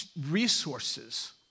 resources